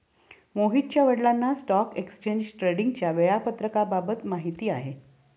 मोहितच्या वडिलांना stock exchange ट्रेडिंगच्या वेळापत्रकाबद्दल माहिती आहे